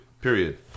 period